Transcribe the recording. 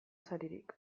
saririk